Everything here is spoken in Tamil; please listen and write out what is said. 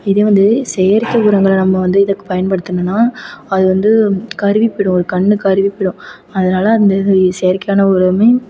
இதே வந்து செயற்கை உரங்களை நம்ம வந்து எதுக்கு பயன்படுத்தணுன்னா அது வந்து கருகி போயிடும் ஒரு கன்று கருகி போயிடும் அதனால் அந்த இது செயற்கையான உரம்